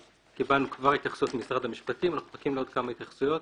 קיבלנו כבר התייחסות ממשרד המשפטים ואנחנו מחכים לעוד כמה התייחסויות.